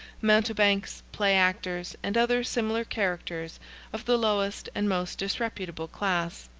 mountebanks, play-actors, and other similar characters of the lowest and most disreputable class.